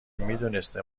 میدونسته